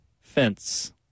fence